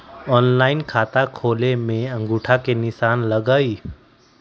Online खाता खोले में अंगूठा के निशान लगहई?